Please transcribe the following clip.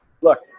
look